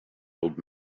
old